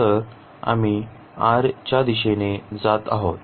तर आम्ही r च्या दिशेने जात आहोत